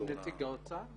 יש נציג האוצר?